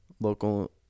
local